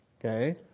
okay